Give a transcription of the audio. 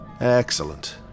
Excellent